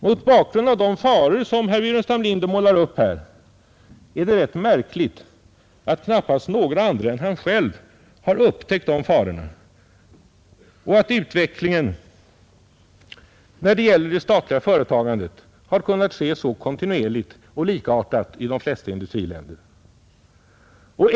Mot bakgrund av de faror som herr Burenstam Linder målar upp här är det rätt märkligt att knappast några andra än han själv har upptäckt de farorna och att utvecklingen när det gäller det statliga företagandet har kunnat ske så kontinuerligt och likartat i de flesta industriländer.